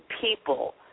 people